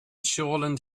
shoreland